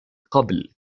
قبل